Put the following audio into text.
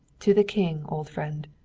to the king, old friend.